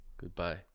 Goodbye